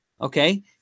okay